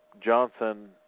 Johnson